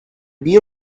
beer